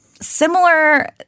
similar